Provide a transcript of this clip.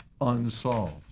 unsolved